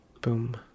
Boom